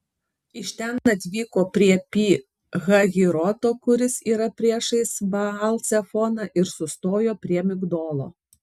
iš ten atvyko prie pi hahiroto kuris yra priešais baal cefoną ir sustojo prie migdolo